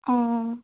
অঁ